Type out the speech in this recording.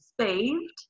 saved